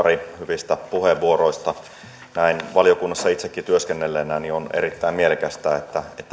kari hyvistä puheenvuoroista näin valiokunnassa itsekin työskennelleenä on erittäin mielekästä että nähdään se että myös